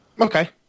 okay